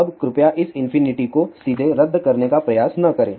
अब कृपया इस इंफिनिटी को सीधे रद्द करने का प्रयास न करें